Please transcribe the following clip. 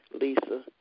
Lisa